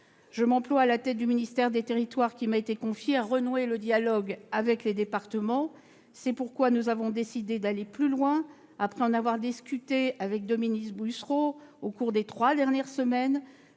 Je m'emploie, à la tête du ministère qui m'a été confié, à renouer le dialogue avec les départements. C'est pourquoi nous avons décidé d'aller plus loin et, après en avoir discuté avec Dominique Bussereau au cours des trois dernières semaines,